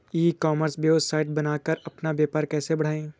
ई commerce website बनाकर अपना व्यापार कैसे बढ़ाएँ?